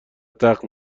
تخت